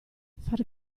far